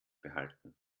behalten